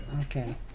Okay